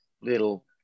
little